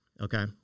okay